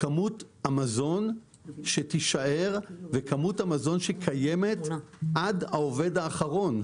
כמות המזון שתישאר וכמות המזון שקיימת עד העובד האחרון.